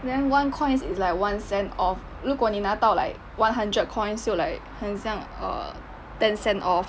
then one coins is like one cent of 如果你拿到 like one hundred coins 就 like 很像 err ten cent off